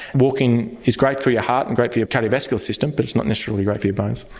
walking is great for your heart and great for your cardiovascular system but it's not necessarily great for your bones.